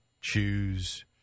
choose